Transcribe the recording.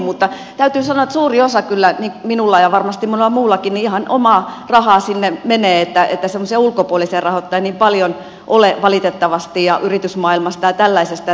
mutta täytyy sanoa että suuri osa kyllä minulla ja varmasti monella muullakin ihan omaa rahaa sinne menee että semmoisia ulkopuolisia rahoittajia ei niin paljon ole valitettavasti yritysmaailmasta ja tällaisesta